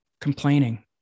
complaining